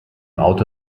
auto